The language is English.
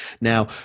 now